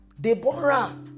Deborah